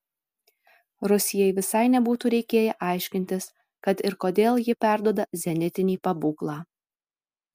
rusijai visai nebūtų reikėję aiškintis kad ir kodėl ji perduoda zenitinį pabūklą